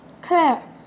Claire